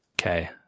Okay